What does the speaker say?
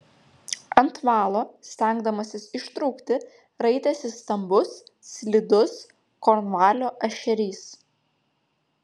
ant valo stengdamasis ištrūkti raitėsi stambus slidus kornvalio ešerys